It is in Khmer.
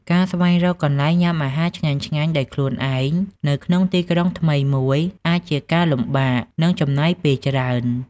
ការស្វែងរកកន្លែងញ៉ាំអាហារឆ្ងាញ់ៗដោយខ្លួនឯងនៅក្នុងទីក្រុងថ្មីមួយអាចជាការលំបាក និងចំណាយពេលច្រើន។